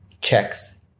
Checks